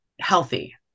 Healthy